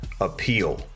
appeal